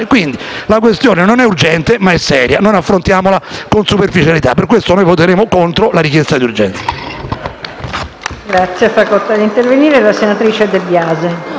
affrontiamola con superficialità. Per questo voteremo contro la richiesta di